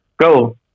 go